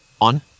on